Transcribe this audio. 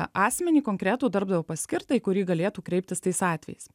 asmenį konkretų darbdavio paskirtą į kurį galėtų kreiptis tais atvejais